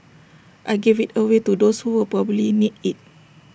I gave IT away to those who will probably need IT